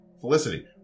Felicity